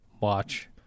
watch